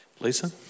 Lisa